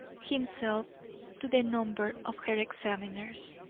himself to the number of her examiners.